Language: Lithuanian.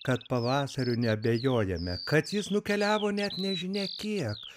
kad pavasariu neabejojame kad jis nukeliavo net nežinia kiek